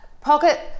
pocket